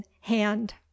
hand